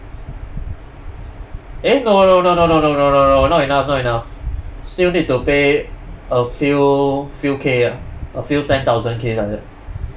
eh no no no no no no no no no not enough not enough still need to pay a few few K ah a few ten thousand K like that